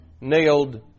nailed